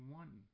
one